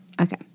Okay